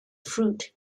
fruit